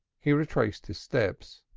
he retraced his steps.